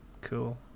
cool